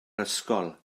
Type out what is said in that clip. ysgol